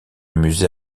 musée